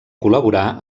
col·laborà